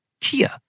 Kia